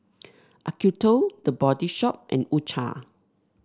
Acuto The Body Shop and U Cha